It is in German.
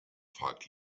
fragt